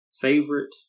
favorite